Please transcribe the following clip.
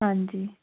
ਹਾਂਜੀ